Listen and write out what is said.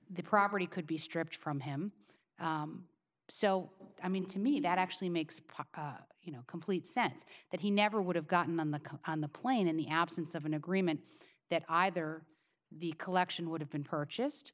the property could be stripped from him so i mean to me that actually makes proper you know complete sense that he never would have gotten on the on the plane in the absence of an agreement that either the collection would have been purchased